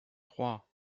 trois